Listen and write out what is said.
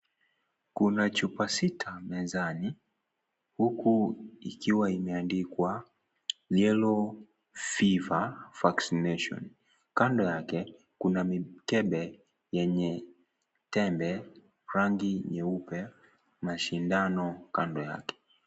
Kuna chupa sita mezani. Huku ikiwa imeandikwa yellow fever vaccination . Kando yake kuna mikebe yenye tembe rangi nyeupa. Mashindano kando yake.